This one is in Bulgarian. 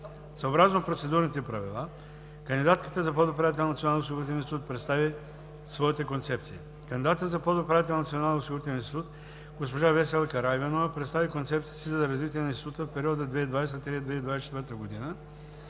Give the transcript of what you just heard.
Съобразно Процедурните правила кандидатката за подуправител на Националния осигурителен институт представи своята концепция. Кандидатът за подуправител на Националния осигурителен институт госпожа Весела Караиванова представи концепцията си за развитие на института в периода 2020 – 2024 г.